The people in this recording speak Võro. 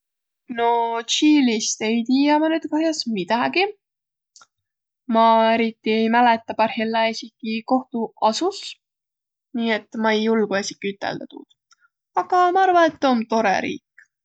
No Tsiilist ei tiiäq ma nüüd kah'os midägi. Ma eriti ei mäletäq parhilla esiki, koh ta asus, nii et ma ei julguq esiki üteldäq tuud, aga ma arva, et tuu om torrõ riik.